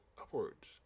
upwards